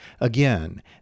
Again